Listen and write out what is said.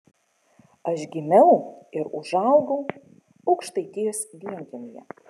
aš gimiau ir užaugau aukštaitijos vienkiemyje